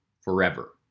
forever